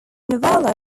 novella